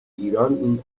ایران، این